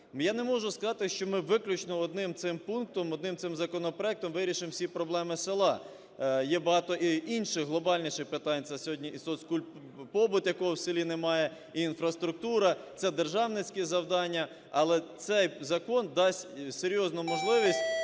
Я не можу сказати, що ми виключно одним цим пунктом, одним цим законопроектом вирішимо всі проблеми села. Є багато інших глобальніших питань – це сьогодні і соцкультпобут, якого в селі немає, і інфраструктура, це державницькі завдання, але цей закон дасть серйозну можливість